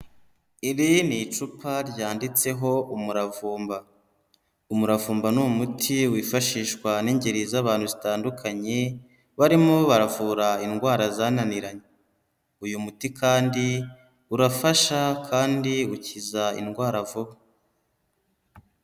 Iri ni icupa ryanditseho umuravumba, umuravumba ni umuti wifashishwa n'ingeri z'abantu zitandukanye barimo baravura indwara zananiranye, uyu muti kandi urafasha kandi ukiza indwara vuba.